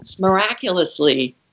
miraculously